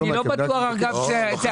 אני לא בטוח --- לא,